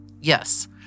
Yes